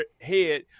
head